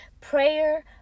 prayer